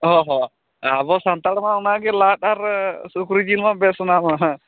ᱦᱚᱸ ᱦᱚᱸ ᱟᱵᱚ ᱥᱟᱱᱛᱟᱲᱢᱟ ᱚᱱᱟᱜᱮ ᱞᱟᱫ ᱟᱨ ᱥᱩᱠᱨᱤ ᱡᱤᱞᱢᱟ ᱵᱮᱥ ᱚᱱᱟᱢᱟ